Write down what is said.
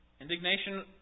Indignation